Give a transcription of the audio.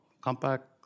compact